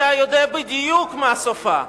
אתה יודע בדיוק מה סופה.